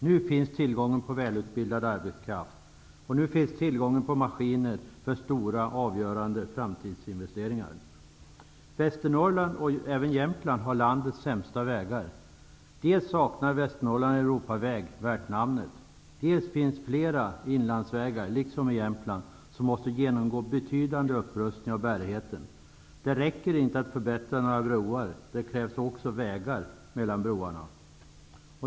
Nu finns tillgången på välutbildad arbetskraft. Nu finns tillgången på maskiner för stora avgörande framtidsinvesteringar. Västernorrland, och även Jämtland, har landets sämsta vägar. Dels saknar Västernorrland en Europaväg värd namnet, dels finns fler inlandsvägar som måste genomgå betydande upprustningar av bärigheten. Detta gäller även Jämtland. Det räcker inte att förbättra några broar. Det krävs också vägar mellan broarna.